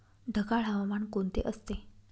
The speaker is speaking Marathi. ढगाळ हवामान कोणते असते?